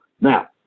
Now